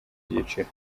byiciro